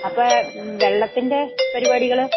അപ്പോള് വെള്ളത്തിൻ്റെ പരിപാടികള്